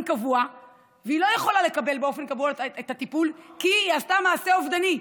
קבוע והיא לא יכולה לקבל באופן קבוע את הטיפול כי היא עשתה מעשה אובדני.